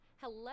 Hello